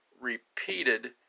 repeated